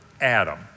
Adam